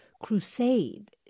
crusade